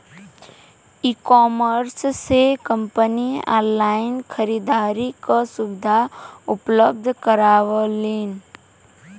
ecommerce से company online खरीदारी क सुविधा उपलब्ध करावलीन